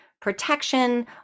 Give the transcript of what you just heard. protection